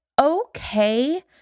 okay